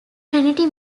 trinity